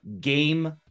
game